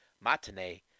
Matinee